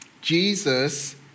Jesus